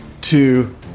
two